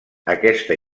aquesta